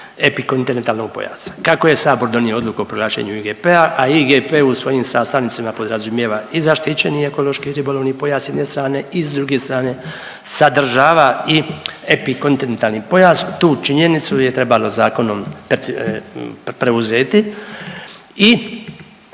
epikontinentalnog pojasa. Kako je sabor donio odluku o proglašenju IGP-a, a IGP u svojim sastavnicama podrazumijeva i zaštićeni ekološko-ribolovni pojas s jedne strane i s druge strane sadržava i epikontinentalni pojas, tu činjenicu je trebalo zakonom preuzeti i